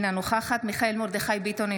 אינה נוכחת מיכאל מרדכי ביטון,